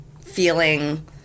feeling